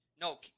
No